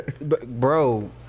Bro